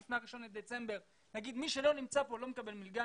לפני ה- 1.12 ולהגיד מי שלא נמצא פה לא מקבל מלגה,